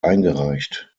eingereicht